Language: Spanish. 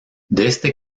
desde